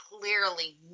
clearly